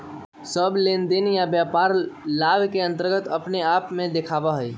सब लेनदेन या व्यापार लाभ के अन्तर्गत अपने आप के दर्शावा हई